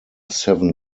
seven